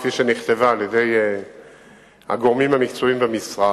כפי שנכתבה על-ידי הגורמים המקצועיים במשרד,